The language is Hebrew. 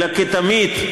אלא כתמיד,